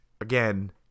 again